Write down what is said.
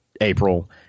April